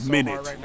Minute